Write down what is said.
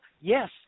Yes